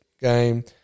game